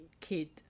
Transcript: kid